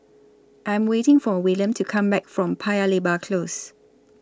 I'm waiting For William to Come Back from Paya Lebar Close